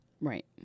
right